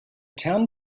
town